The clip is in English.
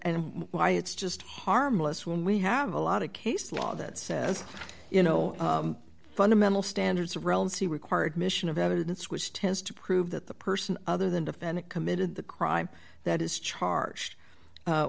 why it's just harmless when we have a lot of case law that says you know fundamental standards of relevancy require admission of evidence which tends to prove that the person other than defendant committed the crime that is charge